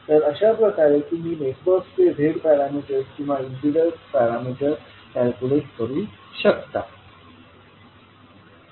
तर अशाप्रकारे तुम्ही नेटवर्कचे झेड पॅरामीटर्स किंवा इम्पीडन्स पॅरामीटर्स कॅल्क्युलेट करू शकता